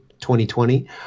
2020